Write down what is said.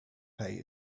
pay